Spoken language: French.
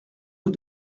rue